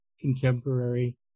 contemporary